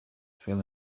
fell